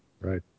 Right